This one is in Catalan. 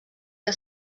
que